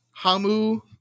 Hamu